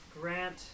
Grant